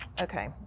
Okay